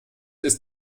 ist